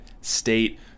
State